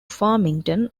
farmington